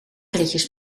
ritjes